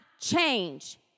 change